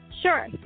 Sure